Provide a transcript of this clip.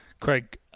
Craig